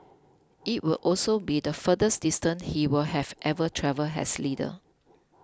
it would also be the furthest distance he will have ever travelled as leader